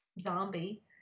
zombie